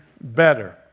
better